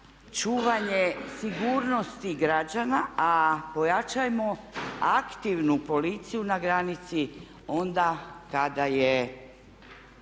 čuvanje sigurnosti građana a pojačajmo aktivnu policiju na granici onda kada je